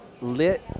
lit